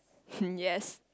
hmm yes